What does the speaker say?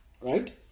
Right